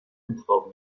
انتخاب